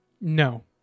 No